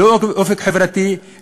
ללא אופק חברתי,